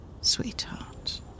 Sweetheart